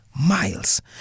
miles